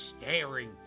staring